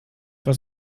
was